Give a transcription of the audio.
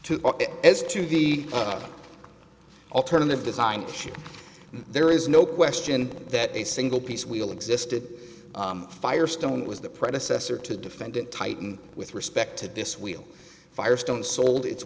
two as to be alternative design there is no question that a single piece wheel existed firestone was the predecessor to defendant titan with respect to this wheel firestone sold its